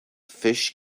fish